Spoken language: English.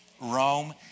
Rome